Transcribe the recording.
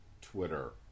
Twitter